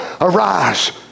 arise